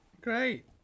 Great